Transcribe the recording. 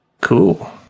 Cool